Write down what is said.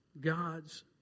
God's